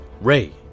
Ray